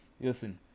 Listen